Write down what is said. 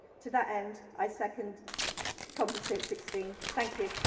to that end, i second composite sixteen. thank you.